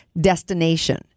destination